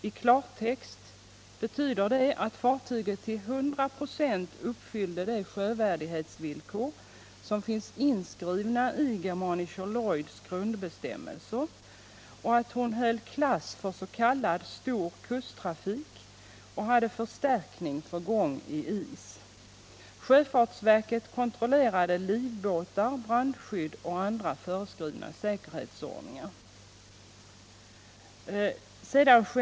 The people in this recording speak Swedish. I klartext betyder det att fartyget till 100 96 uppfyllde de sjövärdighetsvillkor som finns inskrivna i Germanischer Lloyds grundbestämmelser och att hon höll klass för s.k. stor kusttrafik och hade förstärkning för gång i is. Sjöfartsverket kontrollerade livbåtar, brandskydd och andra föreskrivna säkerhetsanordningar.